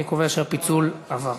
אני קובע שהפיצול עבר.